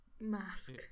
mask